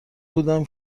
بودم